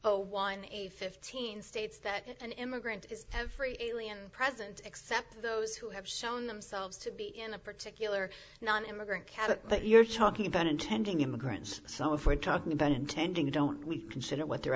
zero one eight fifteen states that an immigrant is every alien present except for those who have shown themselves to be in a particular nonimmigrant cabin but you're talking about intending immigrants so if we're talking about intending don't we consider what they're